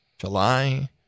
July